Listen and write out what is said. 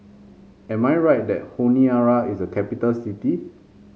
am I right that Honiara is a capital city